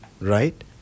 right